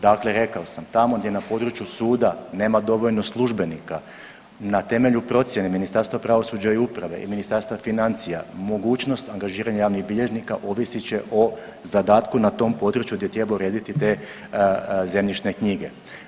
Dakle, rekao sam tamo gdje na području suda nema dovoljno službenika na temelju procjene Ministarstva pravosuđa i uprave i Ministarstva financija mogućnost agažiranja javnih bilježnika ovisit će o zadatku na tom području gdje treba urediti te zemljišne knjige.